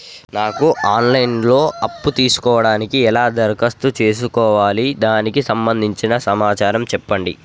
నాకు online లో అప్పు తీసుకోవడానికి ఎలా దరఖాస్తు చేసుకోవాలి దానికి సంబంధించిన సమాచారం చెప్పండి?